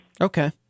Okay